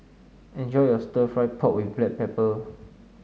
enjoy your stir fry pork with Black Pepper